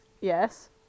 Yes